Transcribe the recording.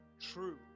true